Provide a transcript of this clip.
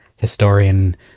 historian